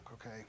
okay